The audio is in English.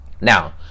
Now